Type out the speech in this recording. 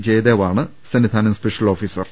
ജയദേവാണ് Sannidhanam special officer